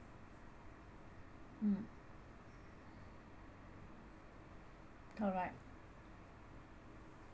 mm correct